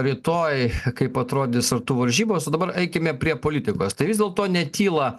rytoj kaip atrodys sartų varžybos o dabar eikime prie politikos tai vis dėlto netyla